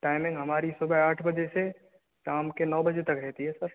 timing हमारी सुबह आठ बजे से शाम के नौ बजे तक रहती है सर